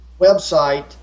website